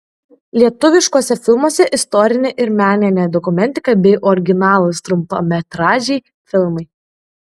lietuviškuose filmuose istorinė ir meninė dokumentika bei originalūs trumpametražiai filmai